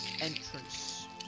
entrance